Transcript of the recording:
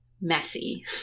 messy